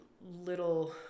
little